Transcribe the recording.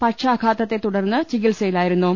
പക്ഷാഘാതത്തെ തുടർന്ന് ചികിത്സയിലായിരു ന്നു